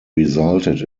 resulted